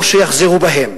או שיחזרו בהם.